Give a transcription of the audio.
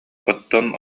оттон